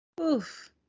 Oof